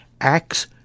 Acts